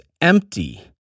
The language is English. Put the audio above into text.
empty